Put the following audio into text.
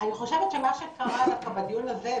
אני חושבת שמה שקרה בדיון הזה,